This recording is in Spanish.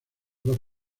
dos